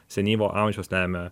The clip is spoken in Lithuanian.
senyvo amžiaus lemia